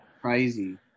Crazy